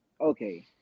okay